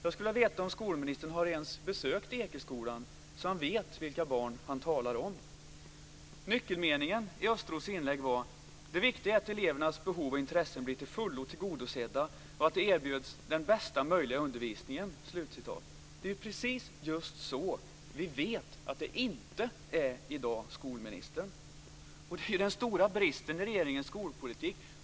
Jag skulle vilja veta om skolministern ens har besökt Ekeskolan, så att han vet vilka barn han talar om. Nyckelmeningen i Östros inlägg var: "Det viktiga är att elevernas behov och intressen blir till fullo tillgodosedda och att de erbjuds den bästa möjliga undervisningen." Det är precis just så vi vet att det inte är i dag, skolministern. Och det är den stora bristen i regeringens skolpolitik.